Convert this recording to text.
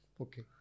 Okay